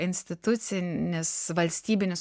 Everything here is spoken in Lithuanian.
institucinis valstybinis